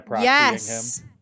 Yes